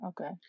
okay